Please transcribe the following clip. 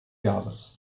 jahres